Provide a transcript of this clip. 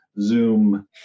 Zoom